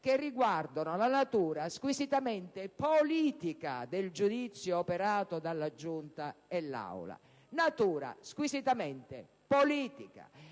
che riguardano la natura squisitamente politica del giudizio operato dalla Giunta e dall'Aula. Ripeto: natura squisitamente politica.